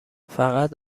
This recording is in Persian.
فقط